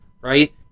right